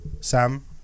Sam